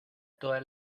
toda